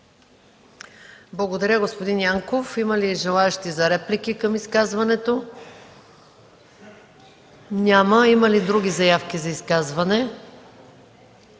Благодаря, господин Янков. Има ли желаещи за реплики към изказването? Няма. Има ли други заявки за изказване? Не